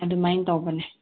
ꯑꯗꯨꯃꯥꯏꯟ ꯇꯧꯕꯅꯦ